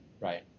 right